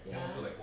ya